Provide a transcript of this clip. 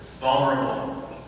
Vulnerable